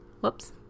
Whoops